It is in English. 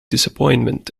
disappointment